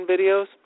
videos